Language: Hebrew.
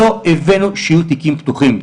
לא הבאנו שיהיו תיקים פתוחים.